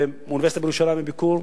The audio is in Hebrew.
באוניברסיטה בירושלים בביקור,